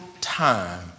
time